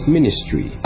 Ministry